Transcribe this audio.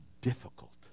difficult